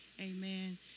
Amen